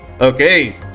Okay